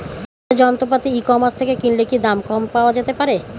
চাষের যন্ত্রপাতি e commerce থেকে কিনলে কি দাম কম পাওয়া যেতে পারে?